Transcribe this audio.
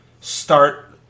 start